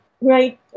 right